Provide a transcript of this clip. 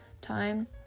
time